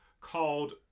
called